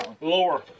Lower